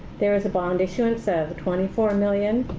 there is a bond issuance of twenty four million